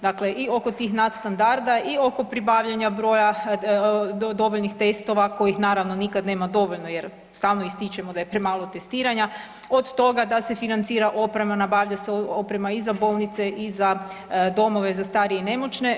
Dakle, i oko tih nadstandarda, i oko pribavljanja broja dovoljnih testova kojih naravno nikada nema dovoljno jer stalno ističemo da je premalo testiranja, od toga da se financira oprema, nabavlja se oprema i za bolnice, i za domove za starije i nemoćne.